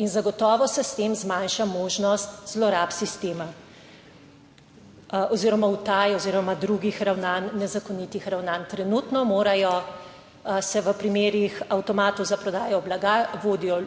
In zagotovo se s tem zmanjša možnost zlorab sistema oziroma utaj oziroma drugih ravnanj, nezakonitih ravnanj. Trenutno morajo se v primerih avtomatov za prodajo blaga, vodijo